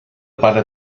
pare